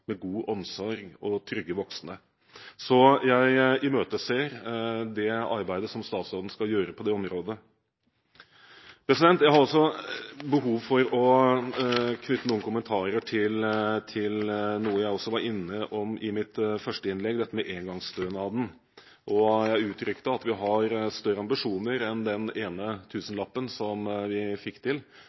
med god omsorg og trygge voksne. Jeg imøteser det arbeidet som statsråden skal gjøre på det området. Jeg har behov for å knytte noen kommentarer til noe jeg også var innom i mitt første innlegg, dette med engangsstønaden. Jeg uttrykte at vi har større ambisjoner enn den ene tusenlappen som vi fikk til